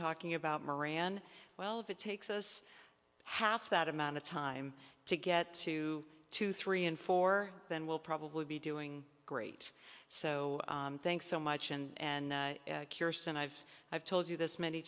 talking about moran well if it takes us half that amount of time to get to two three and four then we'll probably be doing great so thanks so much and curious and i've i've told you this many